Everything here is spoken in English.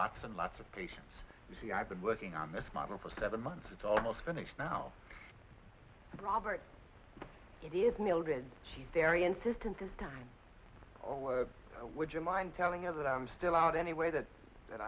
lots and lots of patience you see i've been working on this model for seven months it's almost finished now robert it is mildred she's very insistent this time oh would you mind telling her that i'm still out anyway that that